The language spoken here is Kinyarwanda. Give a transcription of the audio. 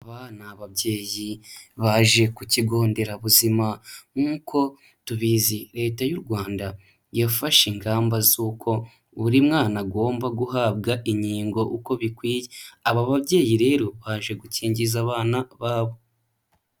Aba ni ababyeyi baje kuki kigo nderabuzima nk'uko tubizi Leta y'u Rwanda yafashe ingamba z'uko buri mwana agomba guhabwa inkingo uko bikwiye, aba babyeyi rero baje gukingiza abana babo.